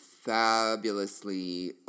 fabulously